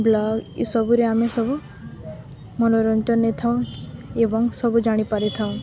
blog ଇସବୁରେ ଆମେ ସବୁ ମନୋରଞ୍ଜନ ନେଇଥାଉଁ ଏବଂ ସବୁ ଜାଣିପାରିଥାଉଁ